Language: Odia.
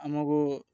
ଆମକୁ